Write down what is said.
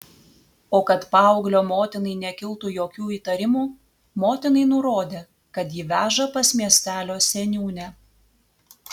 o kad paauglio motinai nekiltų jokių įtarimų motinai nurodė kad jį veža pas miestelio seniūnę